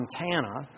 Montana